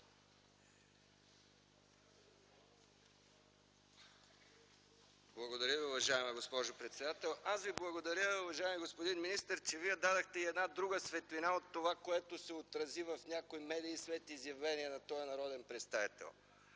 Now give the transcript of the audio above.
Благодаря Ви, уважаема госпожо председател. Аз Ви благодаря, уважаеми господин министър, че Вие дадохте и една друга светлина от това, което се отрази в някои медии след изявление на този народен представител.